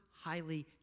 highly